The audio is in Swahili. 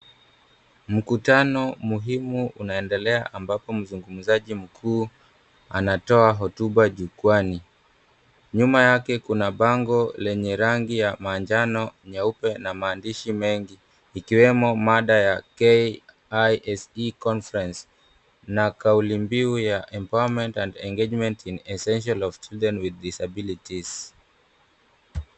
Mkutano muhimu unaendelea ambapo mzungumzaji mkuu anatoa hotuba jukwaani. Nyuma yake kuna bango lenye rangi ya manjano nyeupe na maandishi mengi ikiwemo mada ya, KISE Conference, na kauli mbiu ya, "Empowerment and engagement in A asessment of children with disabilities."